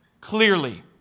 clearly